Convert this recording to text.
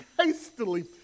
hastily